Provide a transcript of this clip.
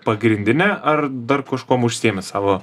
pagrindinė ar dar kažkuom užsiimi savo